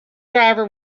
driver